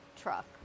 truck